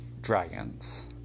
dragons